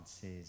says